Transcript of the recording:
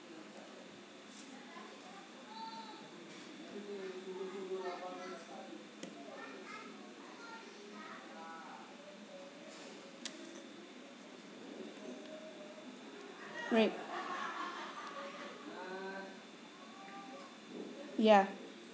right ya